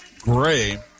Gray